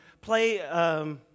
play